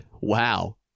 Wow